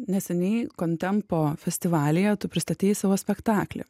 neseniai kontempo festivalyje pristatei savo spektaklį